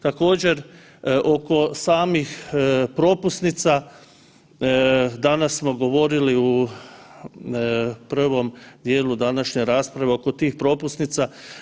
Također, oko samih propusnica, danas smo govorili u prvom dijelu današnje rasprave oko tih propusnica.